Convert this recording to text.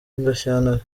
gashyantare